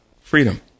freedom